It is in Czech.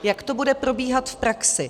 Jak to bude probíhat v praxi.